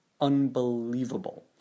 unbelievable